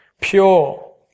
pure